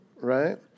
Right